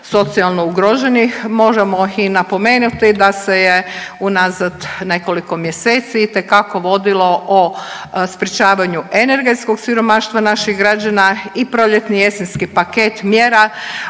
socijalno ugroženo, možemo napomenuti da se je unazad nekoliko mjeseci itekako vodilo o sprečavanju energetskog siromaštva naših građana i proljetni i jesenski paket mjera